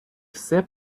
все